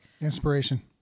Inspiration